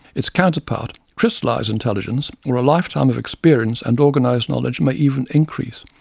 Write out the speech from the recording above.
its counterpart, crystallized intelligence, or a lifetime of experience and organized knowledge, may even increase,